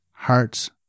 hearts